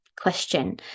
question